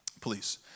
please